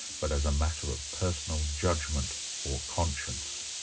but as a matter of personal judgement or conscience.